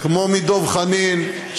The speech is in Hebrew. כמו מדב חנין,